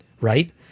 right